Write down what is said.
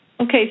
Okay